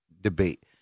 debate